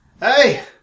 Hey